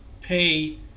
pay